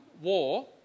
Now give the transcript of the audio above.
war